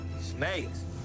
snakes